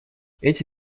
эти